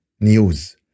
news